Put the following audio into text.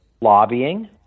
lobbying